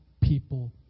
people